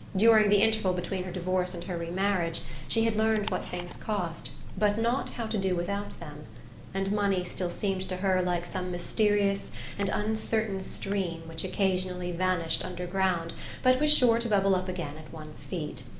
during the interval between her divorce and her remarriage she had learned what things cost, but not how to do without them and money still seemed to her like some mysterious and uncertain stream which occasionally vanished underground but was sure to bubble up again at one's feet.